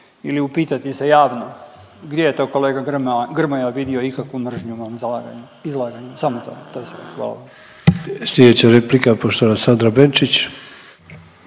ili upitati se javno, gdje je to, kolega Grmoja vidio ikakvu mržnju na mom izlaganju. Samo to. To je sve. Hvala. **Sanader, Ante (HDZ)** Sljedeća replika poštovana Sandra Benčić.